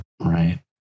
Right